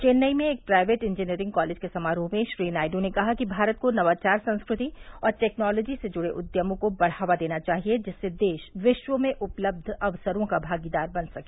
चेन्नई में एक private engineering college के समारोह में श्री नायडू ने कहा कि भारत को नवाचार संस्कृति और टेक्नॉलोजी से जुड़े उद्यमों को बढ़ावा देना चाहिए जिससे देश विश्व में उपलब्ध अवसरों का भागीदार बन सके